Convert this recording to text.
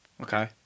Okay